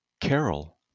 Carol